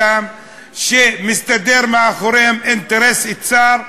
שמסתתר מאחוריהן אינטרס צר,